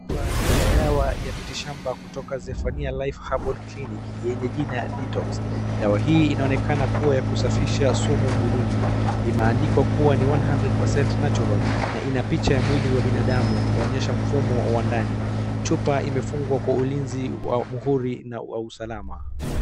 Chupa ya dawa ya miti shamba kutoka Zephania life herbal clinic yenye jina Detox. Dawa hii inaonekana kuwa ya kusafisha sumu mwilini. Imeandikwa kuwa ni one hundred percent natural na ina picha ya mwili wa binadamu kuonyesha mfumo wa ndani. Chupa imefungwa kwa ulinzi wa mhuri wa usalama.